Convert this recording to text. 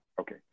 Okay